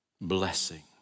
blessing